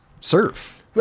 Surf